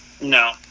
No